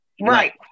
Right